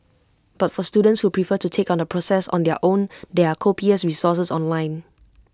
but for students who prefer to take on the process on their own there are copious resources online